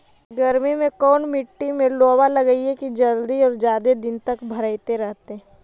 गर्मी में कोन मट्टी में लोबा लगियै कि जल्दी और जादे दिन तक भरतै रहतै?